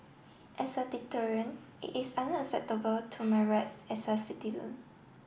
as a deterrent it is unacceptable to my rights as a citizen